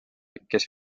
kes